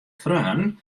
freonen